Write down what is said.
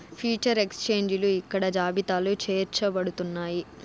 future ఎక్స్చేంజిలు ఇక్కడ జాబితాలో చేర్చబడుతున్నాయి